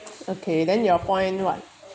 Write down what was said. okay then your point what